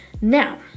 Now